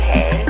Hey